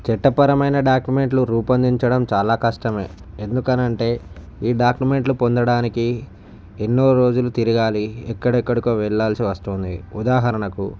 చట్టపరమైన డాక్యుమెంట్స్ రూపొందించడం చాలా కష్టం ఎందుకంటే ఈ డాక్యూమెంట్లు పొందడానికి ఎన్నోరోజులు తిరగాలి ఎక్కడెక్కడికో వెళ్ళవలసి వస్తుంది ఉదాహరణకు